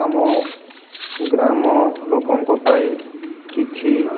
ଆମ ଗ୍ରାମ ଲୋକଙ୍କ ପାଇଁ କିଛି